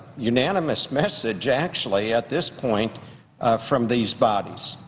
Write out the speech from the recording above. unanimous message actually at this point from these bodies.